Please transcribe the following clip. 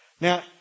Now